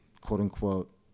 quote-unquote